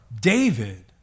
David